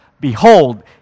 Behold